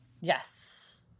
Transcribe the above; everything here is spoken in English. Yes